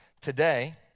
Today